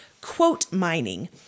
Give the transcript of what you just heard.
quote-mining